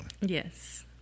yes